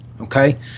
okay